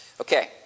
Okay